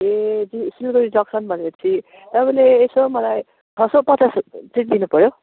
ए Silgadhi junction भनेपछि तपाईँले यसो मलाई छ सय पचास चाहिँ दिनुपर्यो